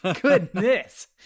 goodness